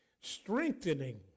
strengthening